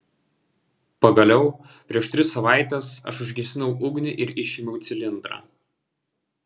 pagaliau prieš tris savaites aš užgesinau ugnį ir išėmiau cilindrą